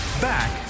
Back